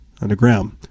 underground